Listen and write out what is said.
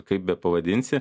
kaip bepavadinsi